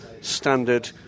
standard